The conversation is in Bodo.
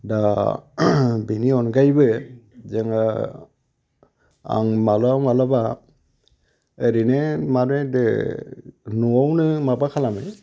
दा बेनि अनगायैबो जोङो आं माब्लाबा माब्लाबा ओरैनो माने न'आवनो माबा खालामो